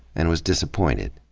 and was disappointed.